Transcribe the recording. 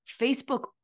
Facebook